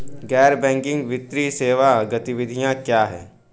गैर बैंकिंग वित्तीय सेवा गतिविधियाँ क्या हैं?